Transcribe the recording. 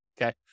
okay